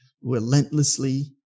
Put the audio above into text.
relentlessly